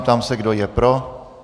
Ptám se, kdo je pro?